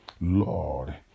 Lord